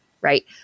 Right